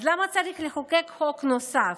אז למה צריך לחוקק חוק נוסף,